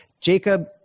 Jacob